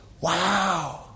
Wow